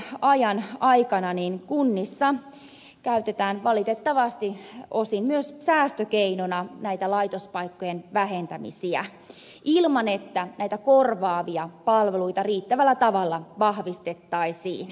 nyt näinä taloudellisesti vaikeina aikoina kunnissa käytetään valitettavasti osin myös säästökeinona näitä laitospaikkojen vähentämisiä ilman että näitä korvaavia palveluita riittävällä tavalla vahvistettaisiin